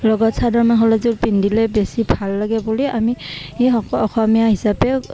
লগত চাদৰ মেখেলাযোৰ পিন্ধিলে বেছি ভাল লাগে বুলি আমি সকলো অসমীয়া হিচাপে